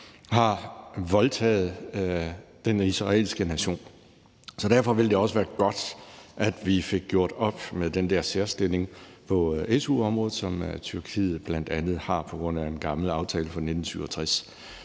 har voldtaget den israelske nation. Derfor ville det også være godt, at vi fik gjort op med den der særstilling på su-området, som Tyrkiet bl.a. har på grund af en gammel aftale fra 1967.